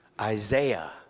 Isaiah